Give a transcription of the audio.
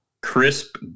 crisp